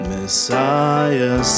Messiah